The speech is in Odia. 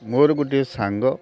ମୋର ଗୋଟିଏ ସାଙ୍ଗ